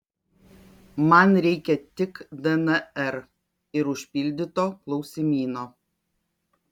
man reikia tik dnr ir užpildyto klausimyno